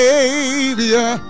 Savior